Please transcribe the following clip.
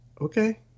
okay